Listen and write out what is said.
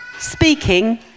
speaking